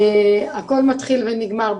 הכל מתחיל ונגמר,